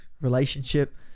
relationship